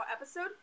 episode